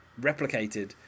replicated